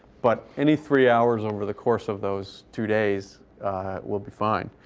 but any three hours over the course of those two days will be fine.